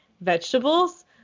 vegetables